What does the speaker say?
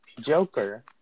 Joker